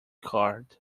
card